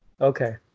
Okay